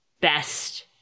best